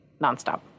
nonstop